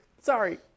sorry